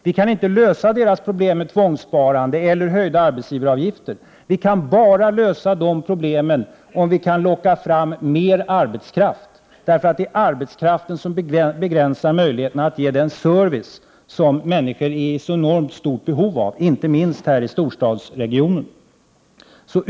Vi kan inte lösa deras problem med tvångssparande eller höjda arbetsgivaravgifter. Vi kan bara lösa de problemen om vi kan locka fram mer arbetskraft. Det är bristen på arbetskraft som begränsar möjligheten att ge den service som människor är i så enormt stort behov av, inte minst här i storstadsregionen.